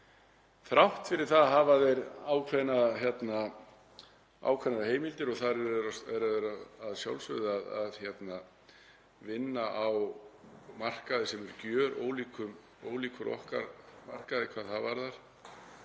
Þrátt fyrir það hafa þeir ákveðnar heimildir og þar eru þeir að sjálfsögðu að vinna á markaði sem er gjörólíkur okkar hvað það varðar